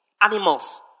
Animals